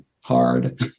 hard